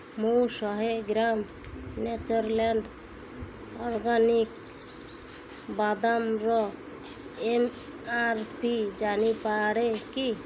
ମୁଁ ଶହେ gram Natureland Organics ବାଦାମର ଏମ୍ ଆର୍ ପି ଜାଣିପାରେ କି